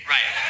Right